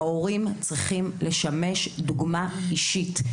ההורים צריכים לשמש דוגמה אישית.